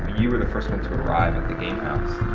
you were the first one to arrive at the game house.